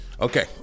Okay